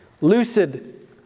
lucid